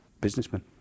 Businessman